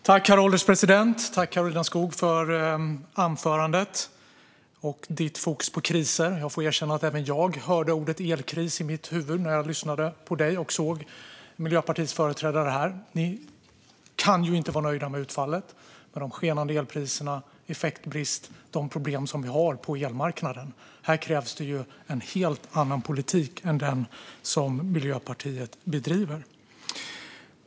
Herr ålderspresident! Tack, Karolina Skog, för ditt anförande och ditt fokus på kriser! Jag får erkänna att även jag hörde ordet "elkris" i huvudet när jag lyssnade på dig och såg Miljöpartiets företrädare här. Ni kan ju inte vara nöjda med utfallet - de skenande elpriserna, effektbristen, de problem som vi har på elmarknaden. Här krävs det en helt annan politik än den som Miljöpartiet bedriver.